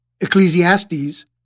Ecclesiastes